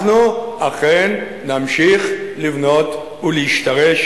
אנחנו אכן נמשיך לבנות ולהשתרש